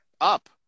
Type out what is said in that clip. up